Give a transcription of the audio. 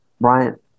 Bryant